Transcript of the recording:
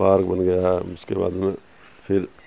park بن گیا ہے اس کے بعد میں پھر